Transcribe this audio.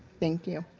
thank you.